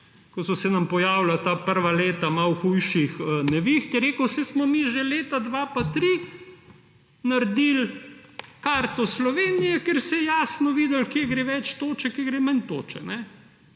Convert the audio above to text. ko so se nam pojavila prva leta malo hujših neviht. Rekel je, saj smo mi že leta 2002 pa 2003 naredili karto Slovenije, kjer se je jasno videlo, kje gre več toče, kje gre manj toče.